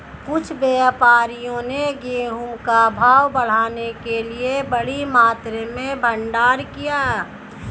कुछ व्यापारियों ने गेहूं का भाव बढ़ाने के लिए बड़ी मात्रा में भंडारण किया